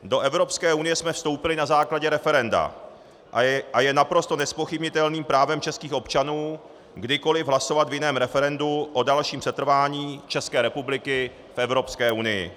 Do Evropské unie jsme vstoupili na základě referenda a je naprosto nezpochybnitelným právem českých občanů kdykoliv hlasovat v jiném referendu o dalším setrvání České republiky v Evropské unii.